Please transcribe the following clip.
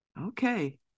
Okay